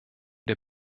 der